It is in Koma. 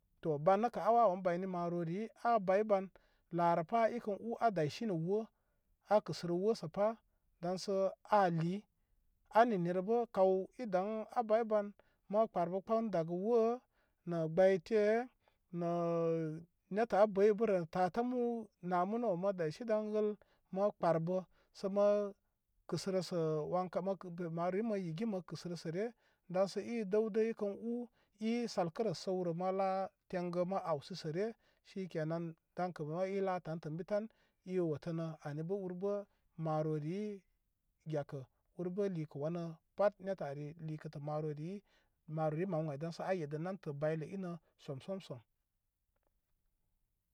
To ban nəkə a wawəwan bayni marori yi a bay ban larəpa ikən u a dayshi nə wo a kəsərə wo səpa daŋsa a liyi a ninnirə bə kaw i daŋ a bay ban ma kpərbə kpən daga wo nə gbəyte nə nettə a bəybərə tatamu namunu ma daysi dan wəl ma kpərbə sə ma kəsəra sə wankan makina maroriyi mə yigi mə kəsərə sə re daŋsə i dəwdə ikən u i sarƙarə səwrə mala tangə ma awsu səre shikenan dankə ma i la tantə ən bi tan i wətənə anibə urbə maroriyi gekə urbə likə wanə pat nettə ari likətə maroriyi maroriyi maw ən ay danka a yedə namtə baylə ini som som som.